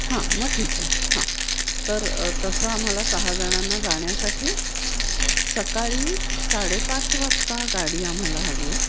हां मग ठीक आहे हां तर तसं आम्हाला सहाजणांना जाण्यासाठी सकाळी साडेपाच वाजता गाडी आम्हाला हवी आहे